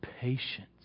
patience